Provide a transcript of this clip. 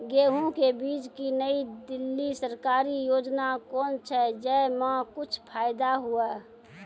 गेहूँ के बीज की नई दिल्ली सरकारी योजना कोन छ जय मां कुछ फायदा हुआ?